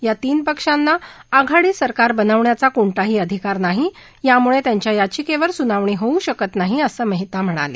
या तीन पक्षांना आघाडी सरकार बनवण्याचा कोणताही अधिकार नाही त्यामुळे त्यांच्या याचिकेवर सुनावणी होऊ शकत नाही असं मेहता म्हणाले